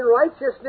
righteousness